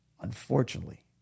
unfortunately